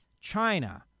China